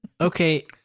Okay